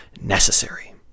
necessary